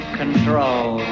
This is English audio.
control